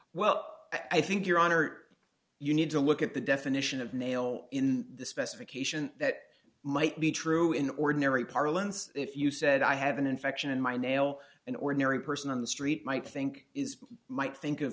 well i think your honor you need to look at the definition of nail in the specification that might be true in ordinary parlance if you said i have an infection in my nail an ordinary person on the street might think is might think of